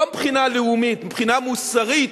לא מבחינה לאומית, מבחינה מוסרית,